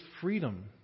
freedom